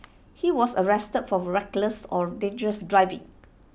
he was arrested for reckless or dangerous driving